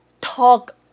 talk